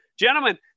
Gentlemen